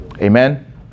Amen